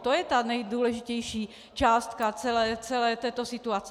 To je ta nejdůležitější částka celé této situace.